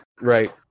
Right